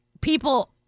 people